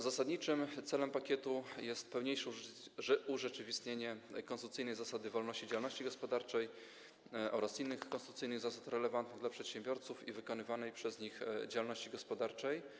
Zasadniczym celem pakietu jest pełniejsze urzeczywistnienie konstytucyjnej zasady wolności działalności gospodarczej oraz innych konstytucyjnych zasad relewantnych dla przedsiębiorców i wykonywanej przez nich działalności gospodarczej.